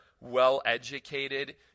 well-educated